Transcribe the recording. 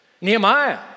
Nehemiah